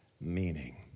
meaning